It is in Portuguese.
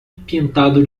pintado